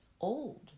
old